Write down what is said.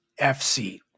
fc